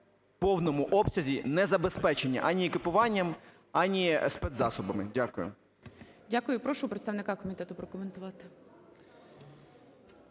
повному обсязі не забезпечені ані екіпіруванням, ані спецзасобами. Дякую. ГОЛОВУЮЧИЙ. Дякую. Прошу представника комітету прокоментувати.